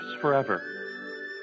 forever